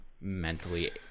mentally